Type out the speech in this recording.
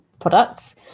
products